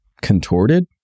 contorted